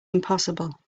impossible